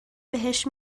بهش